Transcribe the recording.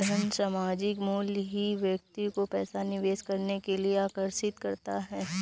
धन का सामायिक मूल्य ही व्यक्ति को पैसा निवेश करने के लिए आर्कषित करता है